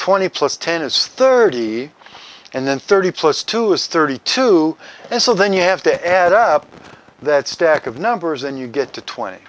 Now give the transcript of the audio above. twenty plus ten is thirty and then thirty plus two is thirty two and so then you have to add up that stack of numbers and you get to twenty